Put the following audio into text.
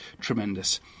tremendous